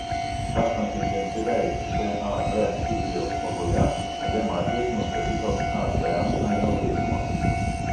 esant intensyviai sah silvijaus vagoje abiem atvejais nustatytos acm aneurizmos